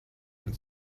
and